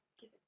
give